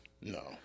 No